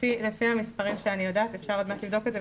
לפי המספרים שאני יודעת אפשר עוד מעט לבדוק את זה,